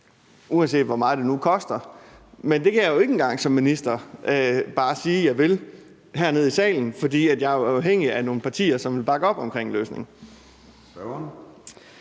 uanset hvor meget det nu koster. Men det kan jeg ikke engang som minister bare sige at jeg vil her i salen, for jeg er jo afhængig af nogle partier, som vil bakke op om en løsning.